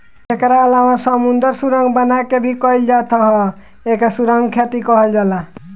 एकरा अलावा समुंदर सुरंग बना के भी कईल जात ह एके सुरंग खेती कहल जाला